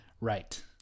Right